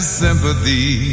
sympathy